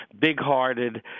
big-hearted